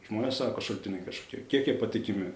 žmonės sako šaltiniai kažkokie kiek jie patikimi